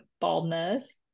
baldness